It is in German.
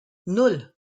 nan